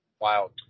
Wow